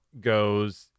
goes